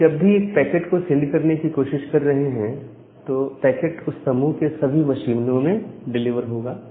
आप जब भी एक पैकेट को सेंड करने की कोशिश कर रहे हैं तो पैकेट उस समूह के सभी मशीनों में डिलीवर होगा